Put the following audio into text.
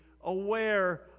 aware